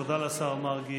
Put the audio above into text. תודה לשר מרגי.